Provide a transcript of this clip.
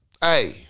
Hey